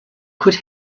could